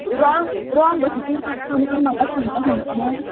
wrong wrong बशीचेर चडटा म्हणोन म्हाका सांगता शाणपणां